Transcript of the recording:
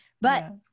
but-